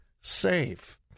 safe